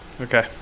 Okay